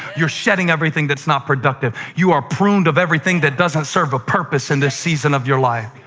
you're shedding everything that's not productive, you are pruned of everything that doesn't serve a purpose in this season of your life.